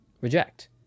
reject